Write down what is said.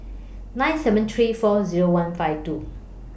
nine seven three four Zero one five two